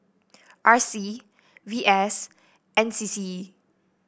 R C V S N C C